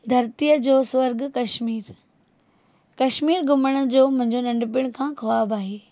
धरतीअ जो सुर्ग कश्मीर कश्मीर घुमण जो मुंहिंजो नंढपण खां ख़्वाबु आहे